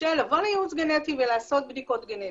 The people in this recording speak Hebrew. של לבוא לייעוץ גנטי ולעשות בדיקות גנטיות.